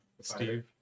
Steve